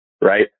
right